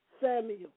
Samuel